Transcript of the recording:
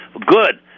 Good